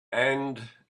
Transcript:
and